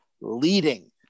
leading